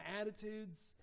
attitudes